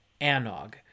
anog